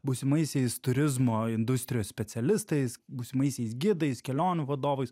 būsimaisiais turizmo industrijos specialistais būsimaisiais gidais kelionių vadovais